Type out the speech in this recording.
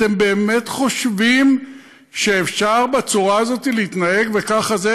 אתם באמת חושבים שאפשר להתנהג בצורה הזאת?